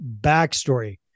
backstory